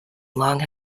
long